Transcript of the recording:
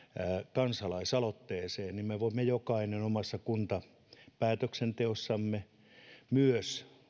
kansalaisaloitteeseen myös jokainen omassa kuntapäätöksenteossamme me voimme myös